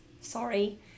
sorry